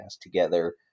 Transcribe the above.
together